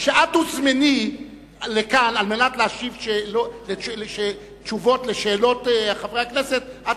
כשאת תוזמני לכאן על מנת להשיב תשובות לשאלות חברי הכנסת,